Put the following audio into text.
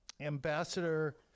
Ambassador